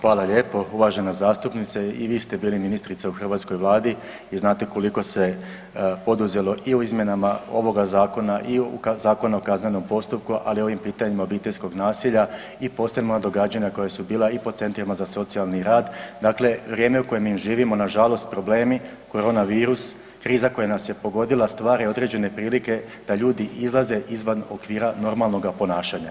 Hvala lijepo, uvažena zastupnice i vi ste bili ministrica u hrvatskoj vladi i znate koliko se poduzelo i u izmjenama ovoga zakona i Zakona o kaznenom postupku, ali i o ovim pitanjima obiteljskog nasilja i posebno događanja koja bila i po centrima za socijalni rad, dakle vrijeme u kojem mi živimo nažalost problemi, korona virus, kriza koja nas je pogodila stvar je određene prilike da ljudi izlaze izvan okvira normalnoga ponašanja.